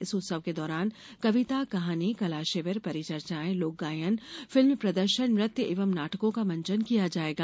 इस उत्सव के दौरान कविता कहानी कला शिविर परिचर्चाएं लोक गायन फिल्म प्रदर्शन नृत्य एवं नाटकों का मंचन किया जाएगा